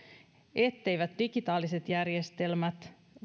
etteivät digitaaliset järjestelmät